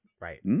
right